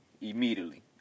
immediately